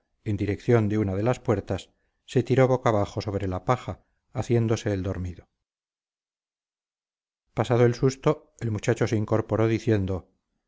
en dirección de una de las puertas se tiró boca abajo sobre la paja haciéndose el dormido pasado el susto el muchacho se incorporó diciendo